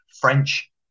French